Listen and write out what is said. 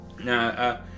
Now